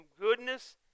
goodness